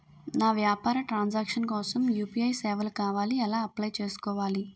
నా వ్యాపార transaction కోసం యు.పి.ఐ సేవలు కావాలి ఎలా అప్లయ్ చేసుకోవాలి?